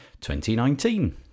2019